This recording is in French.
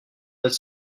notre